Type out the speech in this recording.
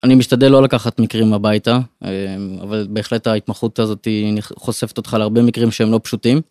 אני משתדל לא לקחת מקרים הביתה, אבל בהחלט ההתמחות הזאת היא חושפת אותך להרבה מקרים שהם לא פשוטים.